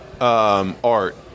art